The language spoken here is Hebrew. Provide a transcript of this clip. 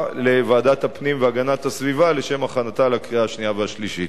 לוועדת הפנים והגנת הסביבה לשם הכנתה לקריאה שנייה ושלישית.